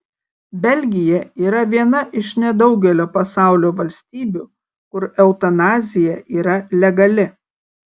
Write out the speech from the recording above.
belgija yra viena iš nedaugelio pasaulio valstybių kur eutanazija yra legali